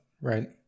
right